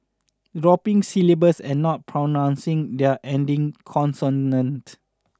dropping syllables and not pronouncing their ending consonant